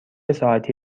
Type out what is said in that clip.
ساعتی